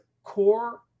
Core